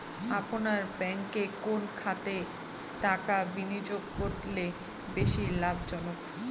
আপনার ব্যাংকে কোন খাতে টাকা বিনিয়োগ করলে বেশি লাভজনক?